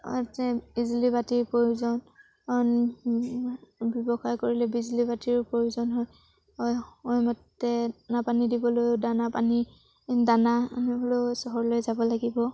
বিজুলীবাতিৰ প্ৰয়োজন ব্যৱসায় কৰিলে বিজুলীবাতিৰো প্ৰয়োজন হয় সময়মতে দানা পানী দিবলৈয়ো দানা পানী দানা আনিবলৈয়ো চহৰলৈ যাব লাগিব